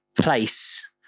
place